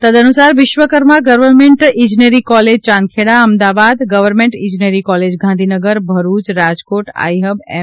તદ્દઅનુસાર Vishwakarma government ઇજનેરી college Chandkheda Ahmedabad government ઇજનેરી college Gandhinagar Bharuch Rajkot I hub M